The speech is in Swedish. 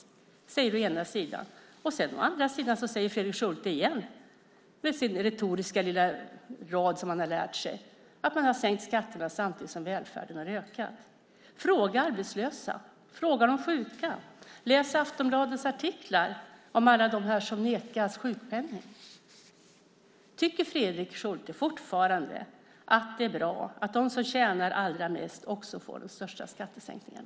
Det säger Fredrik Schulte å ena sidan. Å andra sidan säger han igen, med den retoriska lilla rad som han har lärt sig, att man har sänkt skatterna samtidigt som välfärden har ökat. Fråga arbetslösa! Fråga de sjuka! Läs Aftonbladets artiklar om alla dem som nekas sjukpenning! Tycker Fredrik Schulte fortfarande att det är bra att de som tjänar allra mest också får den största skattesänkningen?